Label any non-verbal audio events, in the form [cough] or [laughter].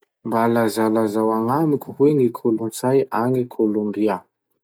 Mba lazalazao [noise] agnamiko hoe ny kolotsay agny Kolombia?